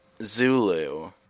Zulu